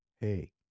Hey